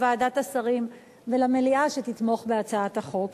לוועדת השרים ולמליאה שתתמוך בהצעת החוק.